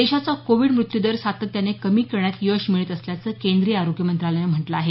देशाचा कोविड मृत्यूदर सातत्याने कमी करण्यात यश मिळत असल्याचं केंद्रीय आरोग्य मंत्रालयानं म्हटलं आहे